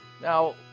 now